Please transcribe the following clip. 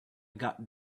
got